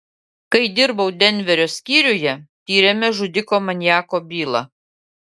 kai dirbau denverio skyriuje tyrėme žudiko maniako bylą